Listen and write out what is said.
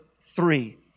three